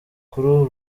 kuru